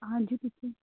ਹਾਂਜੀ ਦੱਸੋ